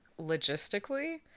logistically